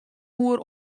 oer